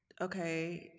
okay